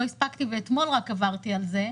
לא הספקתי ואתמול רק עברתי על זה,